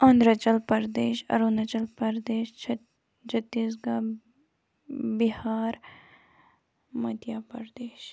اوٚنٛدراچَل پَردیش اَروٗناچَل پَردیش چھٔ چھٔتیٖس گَ بِہار مٔدیا پردیش